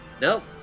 Nope